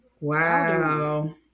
Wow